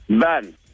Ben